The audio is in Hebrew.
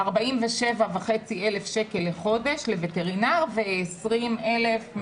47.500 שקלים לחודש לווטרינר ו-20,000.